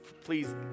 please